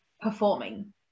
performing